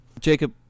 Jacob